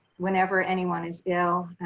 whenever anyone is ill,